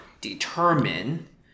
determine